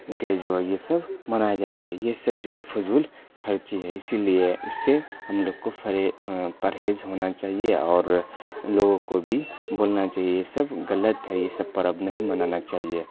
day جو ہے یہ سب منائے جاتے ہے یہ سب جو ہے فضول خرچی ہے اسی لیے اس سے ہم لوگ کو فری پرہیز ہونا چاہیے اور لوگوں کو بھی بولنا چاہیے یہ سب غلط ہے یہ سب پرب نہیں منانا چاہیے